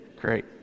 Great